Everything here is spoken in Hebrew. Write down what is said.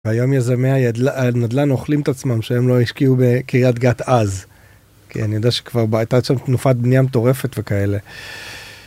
והיום יזמי הנדלן אוכלים את עצמם שהם לא השקיעו בקריאת גת אז. כי אני יודע שכבר הייתה שם תנופת בנייה מטורפת וכאלה.